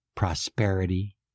prosperity